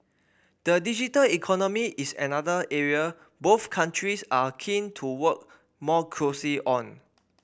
the digital economy is another area both countries are keen to work more closely on